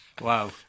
Wow